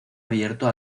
abierto